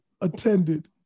attended